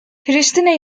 priştine